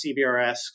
CBRS